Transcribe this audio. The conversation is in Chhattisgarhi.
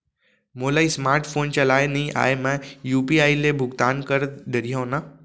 मोला स्मार्ट फोन चलाए नई आए मैं यू.पी.आई ले भुगतान कर डरिहंव न?